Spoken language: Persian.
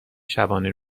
شبانه